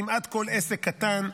כמעט כל עסק קטן,